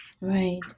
Right